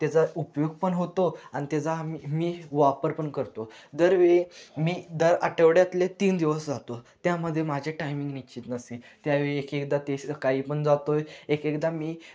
त्याचा उपयोग पण होतो आणि त्याचा मी वापर पण करतो दरवेळी मी दर आठवड्यातले तीन दिवस जातो त्यामध्ये माझे टायमिंग निश्चित नसते त्यावेळी एक एकदा ते सकाळी पण जातो आहे एक एकदा मी